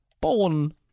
born